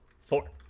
four